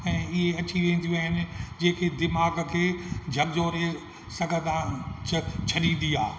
ऐं इहे अची वेंदियूं आहिनि जेके दिमाग़ खे जंजोड़े सघंदा छ छॾींदी आहे